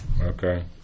Okay